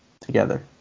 together